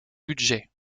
budget